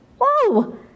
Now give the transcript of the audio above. Whoa